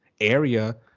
area